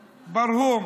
ברהום,